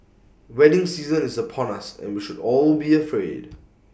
wedding season is upon us and we should all be afraid